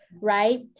right